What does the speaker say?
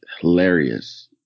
hilarious